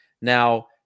Now